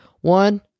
One